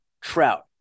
Trout